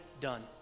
done